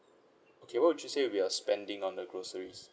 okay what would you say you're spending on the groceries